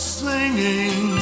singing